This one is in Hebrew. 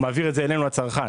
הוא מעביר את זה אלינו הצרכן.